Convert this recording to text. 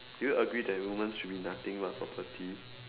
do you agree that women should be nothing but property